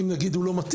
אם נגיד הוא לא מתאים,